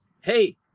hey